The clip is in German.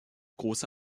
große